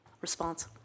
response